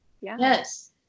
Yes